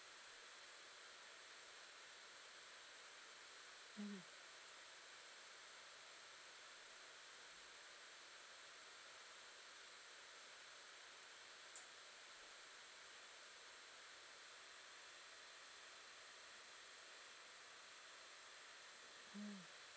mmhmm mm